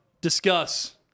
discuss